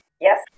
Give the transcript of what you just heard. Yes